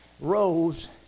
rose